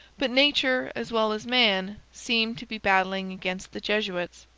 but nature as well as man seemed to be battling against the jesuits.